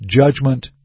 judgment